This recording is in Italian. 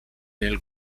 nel